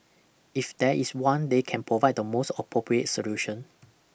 if there is one they can provide the most appropriate solution